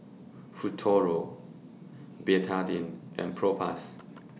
Futuro Betadine and Propass